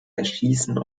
erschießen